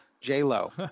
J-Lo